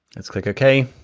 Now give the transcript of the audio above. let's click ok,